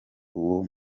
uwo